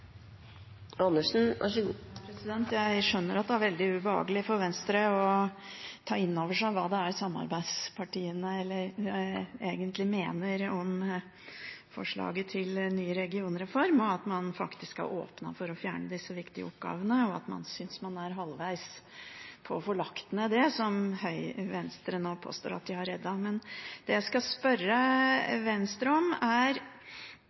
veldig ubehagelig for Venstre å ta inn over seg hva samarbeidspartiene egentlig mener om forslaget til ny regionreform, at man faktisk har åpnet for å fjerne disse viktige oppgavene, og at man synes man er halvveis i å få lagt ned det som Venstre nå påstår at de har reddet. Det jeg skal spørre Venstre om, er